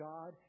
God